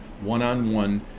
one-on-one